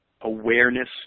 awareness